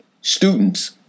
students